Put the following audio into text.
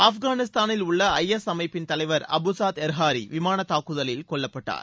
ஆப்கானிஸ்தானில் உள்ள ஐஎஸ் அமைப்பின் தலைவர் அபு சாத் எர்ஹாரி விமான தாக்குதலில் கொல்லப்பட்டார்